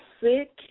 sick